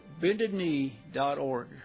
BendedKnee.org